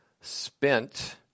spent